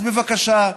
אז בבקשה,